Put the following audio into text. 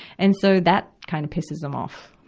and so, that kind of pisses them off,